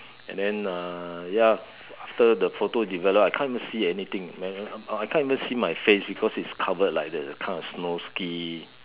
and then uh ya after the photo developed I can't even see anything then I I I can't even see my face because it's covered like the kind of snow ski